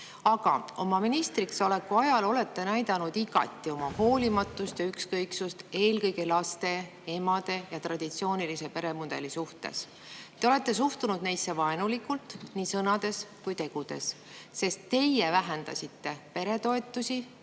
aga oma ministriksoleku ajal olete näidanud igati välja oma hoolimatust ja ükskõiksust eelkõige laste, emade ja traditsioonilise peremudeli suhtes. Te olete suhtunud neisse vaenulikult nii sõnades kui ka tegudes, sest teie vähendasite peretoetusi,